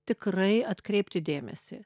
tikrai atkreipti dėmesį